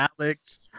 Alex